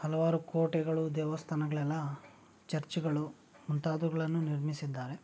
ಹಲವಾರು ಕೋಟೆಗಳು ದೇವಸ್ಥಾನಗ್ಳೆಲ್ಲ ಚರ್ಚ್ಗಳು ಮುಂತಾದವುಗಳನ್ನು ನಿರ್ಮಿಸಿದ್ದಾರೆ